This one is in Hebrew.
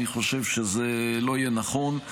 אני חושב שזה לא יהיה נכון.